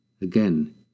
Again